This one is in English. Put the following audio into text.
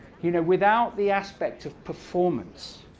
you know, without the aspect of performance,